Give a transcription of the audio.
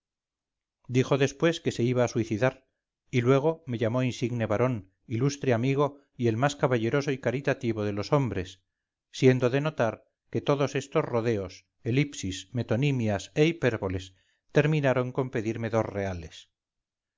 dijo después que se iba a suicidar y luego me llamó insigne varón ilustre amigo y el más caballeroso y caritativo de los hombres siendo de notar que todos estos rodeos elipsis metonimias e hipérboles terminaron con pedirme dos reales